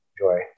enjoy